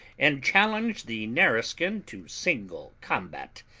and challenged the nareskin to single combat.